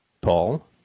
Paul